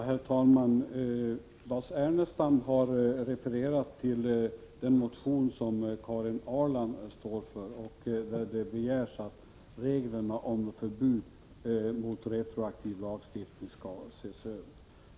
Herr talman! I anslutning till den gemensamma borgerliga reservationen har Lars Ernestam refererat till den motion från Karin Ahrland där det begärs att reglerna om förbud mot retroaktiv lagstiftning skall ses över.